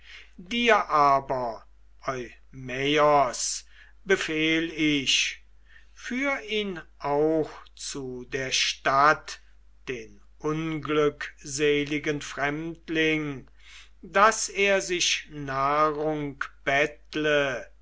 dir aber eumaios befehl ich führ ihn auch zu der stadt den unglückseligen fremdling daß er sich nahrung bettle